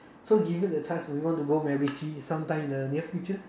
so given the chance would you want to go Macritchie sometime in the near future